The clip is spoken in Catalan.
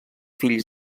fills